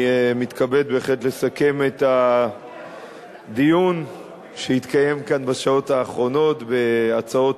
אני מתכבד לסכם את הדיון שהתקיים כאן בשעות האחרונות בהצעות